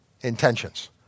intentions